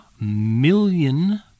million